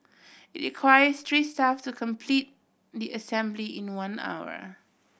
it requires three staff to complete the assembly in one hour